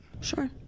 Sure